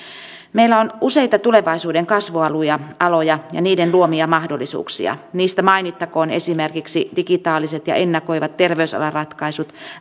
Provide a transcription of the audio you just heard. meillä on useita tulevaisuuden kasvualoja ja niiden luomia mahdollisuuksia niistä mainittakoon esimerkiksi digitaaliset ja ennakoivat terveysalan ratkaisut